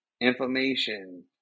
inflammation